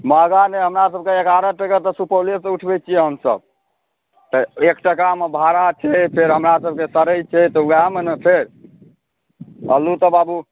महगा नहि हमरा सभके एगारह टके तऽ सुपौलेसँ उठबै छिए हमसभ तऽ एक टकामे भाड़ा छै फेर हमरा सभके सड़ै छै तऽ वएहमे ने फेर आलू तऽ बाबू